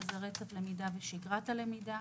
שזה רצף למידה ושגרת הלמידה.